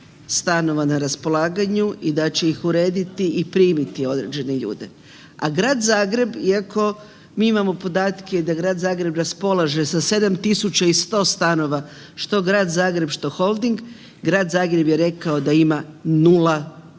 stanova na raspolaganju i da će ih urediti i primiti određene ljude. A Grad Zagreb, iako mi imamo podatke da Grad Zagreb raspolaže sa 7100 stanova, što Grad Zagreb, što Holding, Grad Zagreb je rekao da ima 0 stanova